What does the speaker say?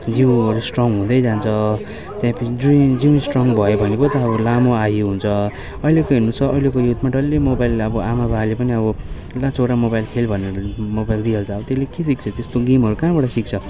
जिउहरू स्ट्रङ हुँदै जान्छ त्यसपछि जिउ जिउ स्ट्रङ भयो भने पो त अब लामो आयु हुन्छ अहिलेको हेर्नुहोस् त अहिलेको युथमा डल्लै मोबाइल अब आमा बाबाले पनि अब ला छोरा मोबाइल खेल भनेर मोबाइल दिइहाल्छ अब त्यसले के सिक्छ त्यस्तो गेमहरू कहाँबाट सिक्छ